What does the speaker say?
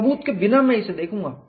सबूत के बिना मैं इसे देखूंगा